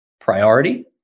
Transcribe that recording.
priority